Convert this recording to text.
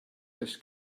this